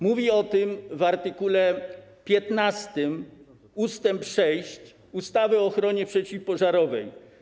Mówi o tym w art. 15 ust. 6 ustawy o ochronie przeciwpożarowej.